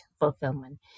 fulfillment